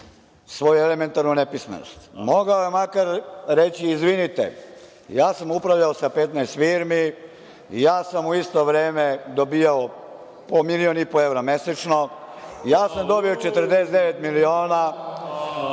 svoju elementarnu nepismenost. Mogao je makar reći – izvinite, ja sam upravljao sa 15 firmi, ja sam u isto vreme dobijao po milion i po evra mesečno, ja sam dobio 49 miliona,